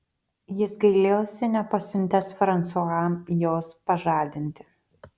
jis gailėjosi nepasiuntęs fransua jos pažadinti